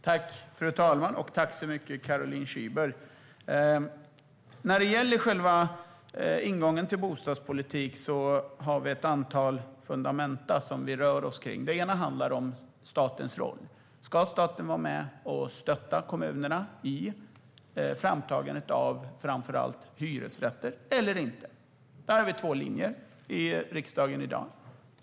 Fru talman! Tack, Caroline Szyber! När det gäller själva ingången till bostadspolitiken har vi vissa fundamenta som vi rör oss med. Det ena handlar om statens roll. Ska staten vara med och stötta kommunerna i framtagandet av framför allt hyresrätter eller inte? Där har vi två linjer i riksdagen i dag.